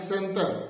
Center